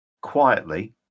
quietly